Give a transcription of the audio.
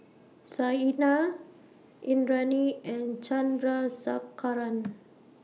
Saina Indranee and Chandrasekaran